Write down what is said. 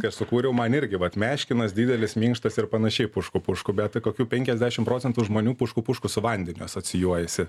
kai aš sukūriau man irgi vat meškinas didelis minkštas ir panašiai pušku pušku bet tai kokių penkiasdešim procentų žmonių pušku pušku su vandeniu asocijuojasi